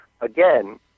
again